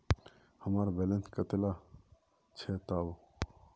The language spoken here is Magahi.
हमार बैलेंस कतला छेबताउ?